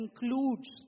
includes